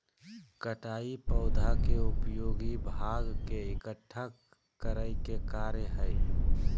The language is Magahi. कटाई पौधा के उपयोगी भाग के इकट्ठा करय के कार्य हइ